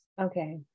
Okay